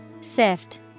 Sift